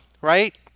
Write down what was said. right